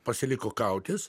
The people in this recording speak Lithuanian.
pasiliko kautis